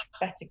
better